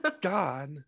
god